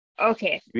Okay